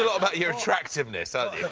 about your attractiveness, ah